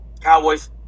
Cowboys